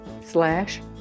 slash